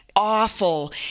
Awful